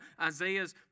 Isaiah's